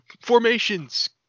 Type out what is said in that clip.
formations